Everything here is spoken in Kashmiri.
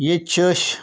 ییٚتہِ چھِ أسۍ